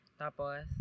Tapos